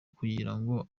kugirango